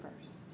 first